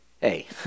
hey